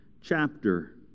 chapter